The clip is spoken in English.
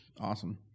Awesome